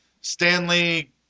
Stanley